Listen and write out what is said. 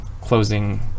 closing